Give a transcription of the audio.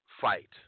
Fight